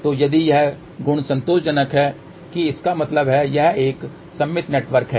तो यदि यह गुण सतोषजनक है कि इसका मतलब है यह एक सममित नेटवर्क है